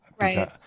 Right